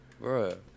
Bro